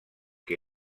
que